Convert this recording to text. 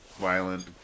violent